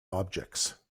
objects